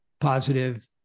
positive